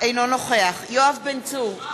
אינו נוכח יואב בן צור,